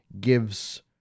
gives